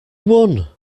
won